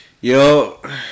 Yo